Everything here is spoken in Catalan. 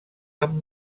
amb